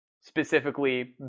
specifically